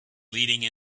leading